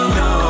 no